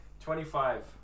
Twenty-five